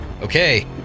Okay